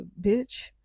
bitch